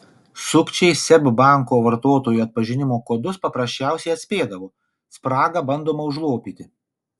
sukčiai seb banko vartotojų atpažinimo kodus paprasčiausiai atspėdavo spragą bandoma užlopyti